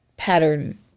pattern